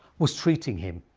was treating him.